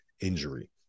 injury